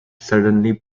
suddenly